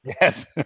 Yes